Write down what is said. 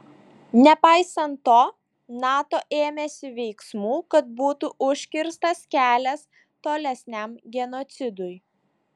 nepaisant to nato ėmėsi veiksmų kad būtų užkirstas kelias tolesniam genocidui